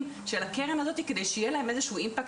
של הקרן הזאת כדי שתהיה להם איזושהי השפעה,